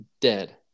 dead